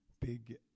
big